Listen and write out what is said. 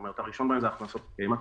הראשון בהם זה הכנסות עצמיות,